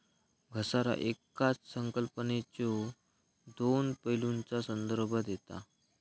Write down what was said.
घसारा येकाच संकल्पनेच्यो दोन पैलूंचा संदर्भ देता